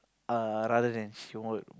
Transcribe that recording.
err rather than she want